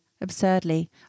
absurdly